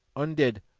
un-dead,